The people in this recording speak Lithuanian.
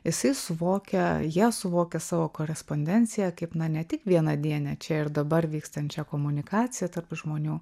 jisai suvokia jie suvokia savo korespondenciją kaip na ne tik vienadienę čia ir dabar vykstančią komunikaciją tarp žmonių